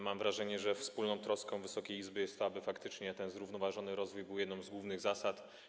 Mam wrażenie, że wspólną troską Wysokiej Izby jest to, aby faktycznie ten zrównoważony rozwój był jedną z głównych zasad.